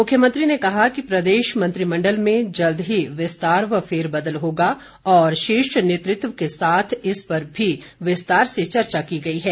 मुख्यमंत्री ने कहा कि प्रदेश मंत्रिमण्डल में जल्द ही विस्तार व फेरबदल होगा और शीर्ष नेतृत्व के साथ इस पर भी विस्तार से चर्चा की गई है